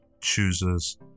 chooses